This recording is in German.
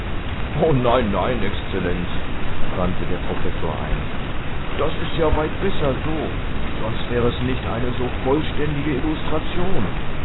nein nein exzellenz wandte der professor ein das ist ja weit besser so sonst wäre es nicht eine so vollständige illustration